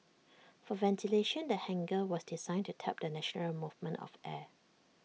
for ventilation the hangar was designed to tap the natural movement of air